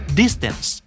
distance